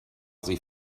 sie